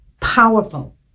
powerful